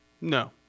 No